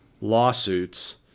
lawsuits